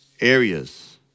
areas